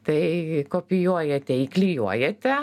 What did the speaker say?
tai kopijuojate įklijuojate